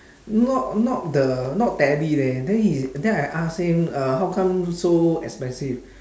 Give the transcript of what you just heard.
not not the not tally leh then he then I ask him uh how come so expensive